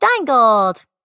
Steingold